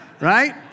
right